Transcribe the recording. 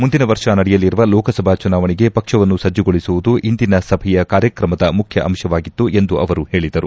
ಮುಂದಿನ ವರ್ಷ ನಡೆಯಲಿರುವ ಲೋಕಸಭಾ ಚುನಾವಣೆಗೆ ಪಕ್ಷವನ್ನು ಸಜ್ಜುಗೊಳಿಸುವುದು ಇಂದಿನ ಸಭೆಯ ಕಾರ್ಯಕ್ರಮದ ಮುಖ್ಯ ಅಂಶವಾಗಿತ್ತು ಎಂದು ಅವರು ಹೇಳಿದರು